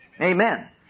Amen